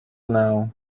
now